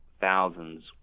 thousands